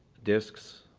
discs,